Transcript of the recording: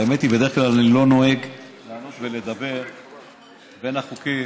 האמת היא שאני בדרך כלל לא נוהג לעלות ולדבר בין החוקים,